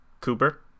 Cooper